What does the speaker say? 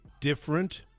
different